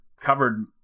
covered